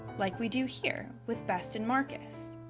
like we do here with best and marcus.